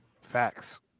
Facts